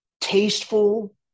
tasteful